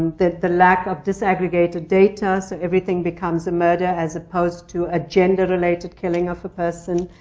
the the lack of disaggregated data, so everything becomes a murder, as opposed to a gender-related killing of a person.